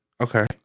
Okay